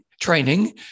training